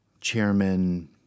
Chairman